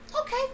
okay